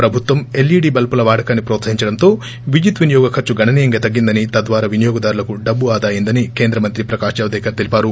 ప్రభుత్వం ఎల్ఈడీ బల్బుల వాడకాన్ని ప్రోత్సహించడంతో విద్యుత్ వినియోగ ఖర్చు గణనీయంగా తగ్గిందని తద్వారా వినియోగదారులకు డబ్బు ఆదా అయ్యందని కేంద్ర మంత్రి ప్రకాష్ జావ్ దేకర్ తెలిపారు